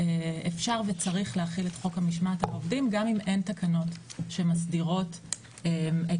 אפשר וצריך להחיל את חוק המשמעת על עובדים גם אם אין תקנות שמסדירות את